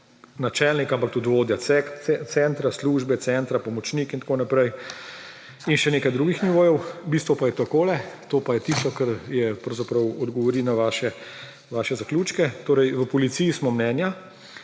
načelnik, ampak tudi vodja centra, službe centra, pomočnik in tako naprej in še nekaj drugih nivojev. Bistvo pa je takole, to pa je tisto, kar pravzaprav odgovori na vaše zaključke. Torej, v policiji smo mnenja,